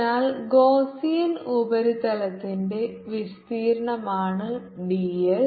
അതിനാൽ ഗോസ്സ്സിയൻ ഉപരിതലത്തിന്റെ വിസ്തീർണ്ണമാണ് ds